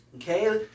Okay